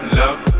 love